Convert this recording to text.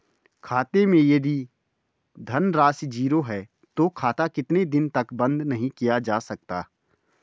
खाते मैं यदि धन राशि ज़ीरो है तो खाता कितने दिन तक बंद नहीं किया जा सकता?